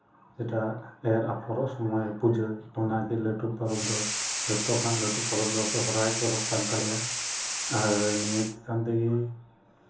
ᱡᱮᱴᱟ ᱮᱨᱻ ᱟᱯᱷᱚᱨᱚᱜ ᱥᱚᱢᱚᱭ ᱯᱩᱡᱟᱹ ᱚᱱᱟᱜᱮ ᱞᱟᱹᱴᱩ ᱯᱚᱨᱚᱵᱽ ᱫᱚ ᱡᱚᱛᱚ ᱠᱷᱚᱱᱟᱜ ᱞᱟᱹᱴᱩ ᱯᱚᱨᱚᱵᱽ ᱫᱚ ᱥᱚᱨᱦᱟᱭ ᱯᱚᱨᱚᱵᱽ ᱠᱟᱱ ᱛᱟᱞᱮᱭᱟ ᱟᱨ ᱱᱤᱭᱟᱹ ᱪᱮᱛᱟᱱ ᱛᱮᱜᱮ